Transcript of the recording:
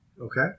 Okay